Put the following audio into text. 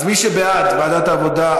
אז מי שבעד ועדת העבודה,